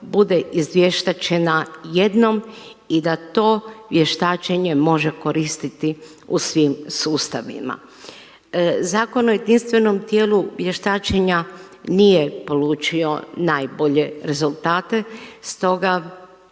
bude izvještačena jednom i da to vještačenje može koristiti u svim sustavima. Zakon o jedinstvenom tijelu vještačenja nije polučio najbolje rezultate, stoga